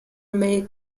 may